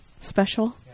Special